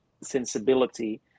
sensibility